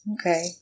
Okay